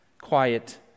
quiet